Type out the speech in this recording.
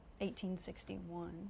1861